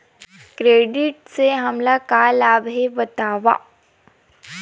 Credit से हमला का लाभ हे बतावव?